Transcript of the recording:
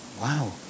Wow